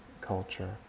culture